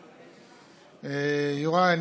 יוראי,